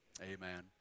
amen